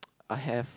I have